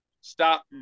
stop